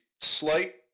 slight